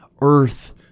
earth